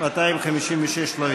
256 לא התקבלה.